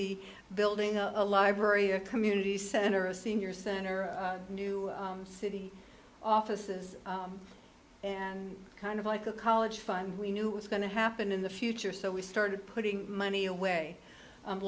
be building a library a community center a senior center a new city offices and kind of like a college fund we knew was going to happen in the future so we started putting money away